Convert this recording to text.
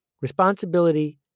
responsibility